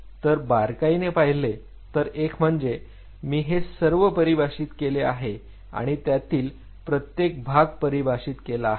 तर बारकाईने पाहिले तर एक म्हणजे मी हे सर्व परिभाषित केले आहे आणि त्यातील प्रत्येक भाग परिभाषित केला आहे